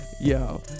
yo